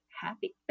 happy